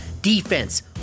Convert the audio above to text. Defense